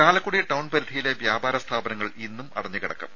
Chalakudy town പരിധിയിലെ വ്യാപാര സ്ഥാപനങ്ങൾ ഇന്നും അടഞ്ഞു കിടക്കും